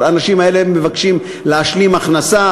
האנשים האלה מבקשים להשלים הכנסה.